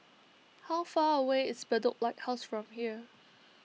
how far away is Bedok Lighthouse from here